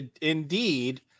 indeed